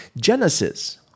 Genesis